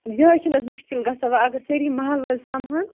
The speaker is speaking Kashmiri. یِہوٚے چھِنہٕ اَسہِ مُشکِل گژھان وۄنۍ اگر سٲری محلہٕ وٲلۍ سۄمہَن